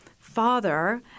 father